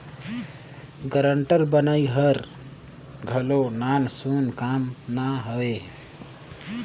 guarantor बनई हर घलो नानसुन काम ना हवे